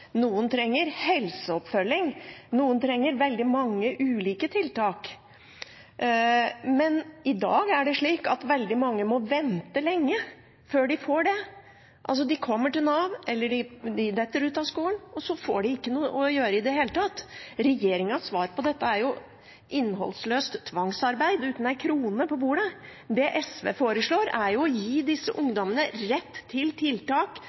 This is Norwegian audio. noen trenger helseoppfølging, og noen trenger veldig mange ulike tiltak. Men i dag er det slik at veldig mange må vente lenge før de får det. De kommer til Nav, eller de detter ut av skolen, og så får de ikke noe å gjøre i det hele tatt. Regjeringens svar på dette er innholdsløst tvangsarbeid uten en krone på bordet. Det SV foreslår, er å gi disse ungdommene rett til tiltak,